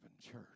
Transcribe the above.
church